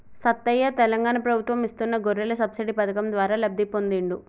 సత్తయ్య తెలంగాణ ప్రభుత్వం ఇస్తున్న గొర్రెల సబ్సిడీ పథకం ద్వారా లబ్ధి పొందిండు